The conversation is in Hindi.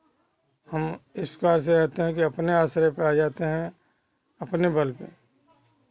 इस तरह से रहते हैं अपने आश्रय पर आ जाते हैं अपने बल पर